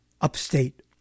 upstate